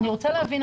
אני רוצה להבין,